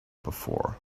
before